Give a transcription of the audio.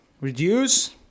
reduce